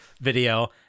video